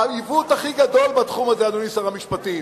העיוות הכי גדול בתחום הזה, אדוני שר המשפטים: